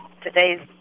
today's